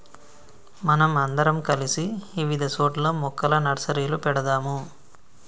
మనం అందరం కలిసి ఇవిధ సోట్ల మొక్కల నర్సరీలు పెడదాము